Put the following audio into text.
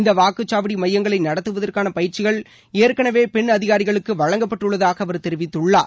இந்த வாக்குச்சாவடி மையங்களை நடத்துவதற்கான பயிற்சிகள் ஏற்கனவே பெண் அதிகாரிகளுக்கு வழங்கப்பட்டுள்ளதாக அவர் தெரிவித்துள்ளார்